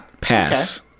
Pass